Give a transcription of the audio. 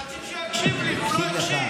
אני רציתי שהוא יקשיב לי, והוא לא הקשיב.